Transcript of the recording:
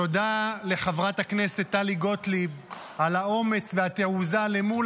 תודה לחברת הכנסת טלי גוטליב על האומץ והתעוזה למול